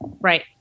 Right